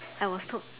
I was told